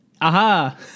Aha